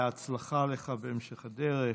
בהצלחה לך בהמשך הדרך.